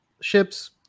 ships